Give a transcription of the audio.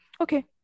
Okay